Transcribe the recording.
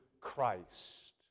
Christ